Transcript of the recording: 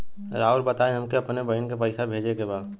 राउर बताई हमके अपने बहिन के पैसा भेजे के बा?